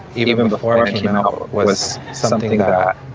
even before it was something that